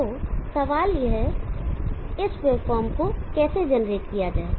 तो सवाल है इस वेवफॉर्म को कैसे जनरेट किया जाए